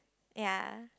ya